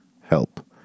help